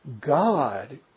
God